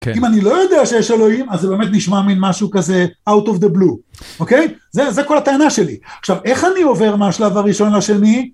אם אני לא יודע שיש אלוהים, אז זה באמת נשמע מין משהו כזה out of the blue, אוקיי? זה כל הטענה שלי. עכשיו, איך אני עובר מהשלב הראשון לשני?